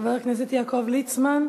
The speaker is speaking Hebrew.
חבר הכנסת יעקב ליצמן,